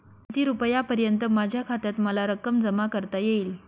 किती रुपयांपर्यंत माझ्या खात्यात मला रक्कम जमा करता येईल?